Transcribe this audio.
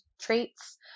traits